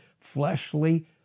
fleshly